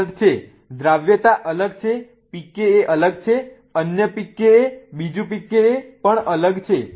66 છે દ્રાવ્યતા અલગ છે pKa અલગ છે અન્ય pKa બીજું pKa પણ અલગ છે